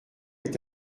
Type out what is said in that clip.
est